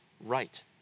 right